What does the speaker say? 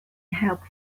helped